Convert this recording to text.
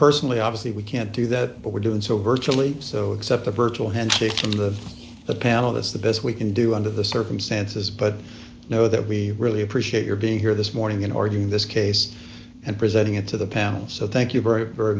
personally obviously we can't do that but we're doing so virtually so except a virtual handshake and of the panel that's the best we can do under the circumstances but know that we really appreciate your being here this morning in ordering this case and presenting it to the panel so thank you very very